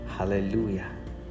Hallelujah